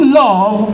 love